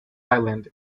island